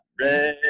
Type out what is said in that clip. Red